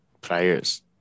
Players